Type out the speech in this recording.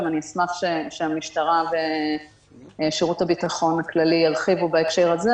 אשמח שהמשטרה ושירות הביטחון הכללי ירחיבו בהקשר הזה.